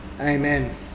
Amen